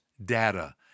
data